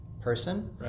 person